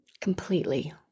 completely